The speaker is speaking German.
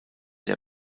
der